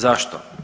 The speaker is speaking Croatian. Zašto?